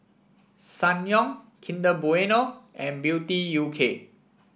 Ssangyong Kinder Bueno and Beauty U K